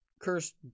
cursed